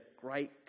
great